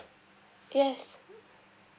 yes